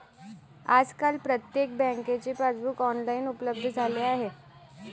आजकाल प्रत्येक बँकेचे पासबुक ऑनलाइन उपलब्ध झाले आहे